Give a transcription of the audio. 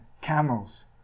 camels